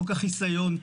חוק החיסיון,